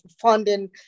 funding